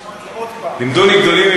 לפחות עקרונות: יש אלוהים אחד,